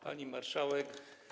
Pani Marszałek!